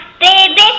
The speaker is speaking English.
Baby